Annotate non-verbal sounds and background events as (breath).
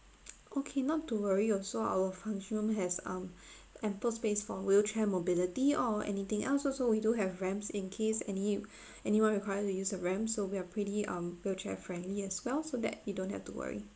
okay not to worry also our function room has um (breath) ample space for wheelchair mobility or anything else also we do have ramps in case any (breath) anyone required to use the ramp so we are pretty um wheelchair friendly as well so that you don't have to worry